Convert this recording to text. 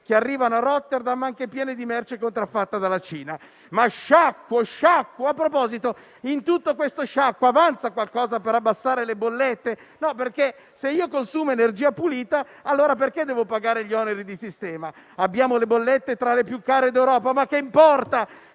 che arrivano a Rotterdam, anche pieni di merce contraffatta dalla Cina. Ma «sciacquo, sciacquo!». A proposito, in tutto questo sciacquo, avanza qualcosa per abbassare le bollette? Se infatti consumo energia pulita, allora perché devo pagare gli oneri di sistema? Abbiamo le bollette tra le più care d'Europa, ma che importa?